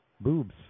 boobs